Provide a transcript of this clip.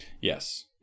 Yes